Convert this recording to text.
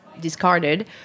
discarded